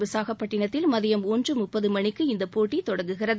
விசாகப்பட்டிணத்தில் மதியம் ஒன்று முப்பது மணிக்கு இந்தப் போட்டி தொடங்குகிறது